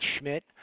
Schmidt